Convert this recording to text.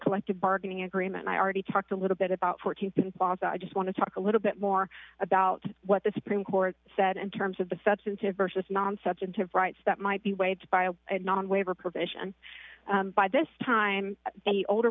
collective bargaining agreement i already talked a little bit about fourteen percent thought i just want to talk a little bit more about what the supreme court said and terms of the substantive versus non substantive rights that might be waived by a non waiver provision by this time the older